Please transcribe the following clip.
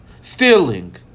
stealing